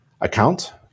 account